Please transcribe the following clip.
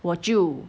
我就